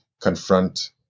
confront